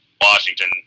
Washington